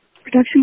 Production